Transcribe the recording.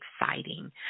exciting